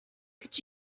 could